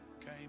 came